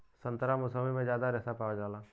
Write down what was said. संतरा मुसब्बी में जादा रेशा पावल जाला